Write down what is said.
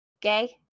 gay